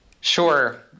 Sure